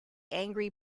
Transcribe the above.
angry